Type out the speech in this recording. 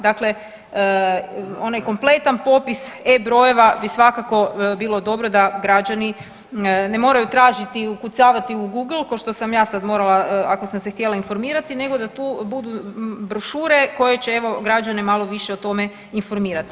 Dakle, onaj kompletan popis E brojeva bi svakako bilo dobro da građani ne moraju tražiti i ukucavati u Google ko što sam ja sad morala ako sam se htjela informirati nego da tu budu brošure koje će evo građane malo više o tome informirati.